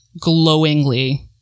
glowingly